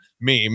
meme